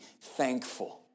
thankful